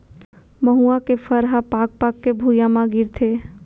मउहा के फर ह पाक पाक के भुंइया म गिरथे